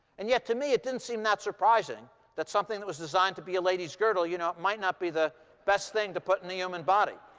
and yet to me, it didn't seem that surprising that something that was designed to be a ladies girdle, you know, it might not be the best thing to put in the human body.